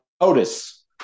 Otis